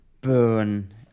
burn